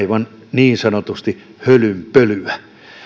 niin sanotusti aivan hölynpölyä